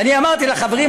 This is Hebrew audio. ואני אמרתי לחברים,